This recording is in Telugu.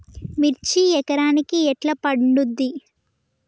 మిర్చి ఎకరానికి ఎట్లా పండుద్ధి?